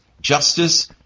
justice